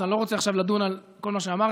אני לא רוצה עכשיו לדון על כל מה שאמרת.